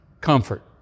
comfort